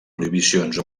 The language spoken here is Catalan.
prohibicions